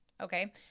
Okay